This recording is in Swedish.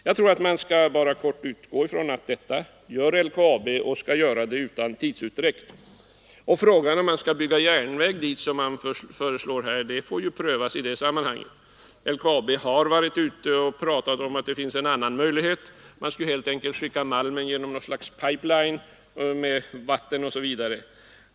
Jag tror att vi helt enkelt skall utgå från att LKAB kommer att göra detta utan tidsutdräkt. Frågan om järnväg skall byggas dit, som motionärerna föreslår, får prövas i det sammanhanget. LKAB har talat om en annan möjlighet — man skulle helt enkelt skicka malmen genom något slags pipe-line med vatten.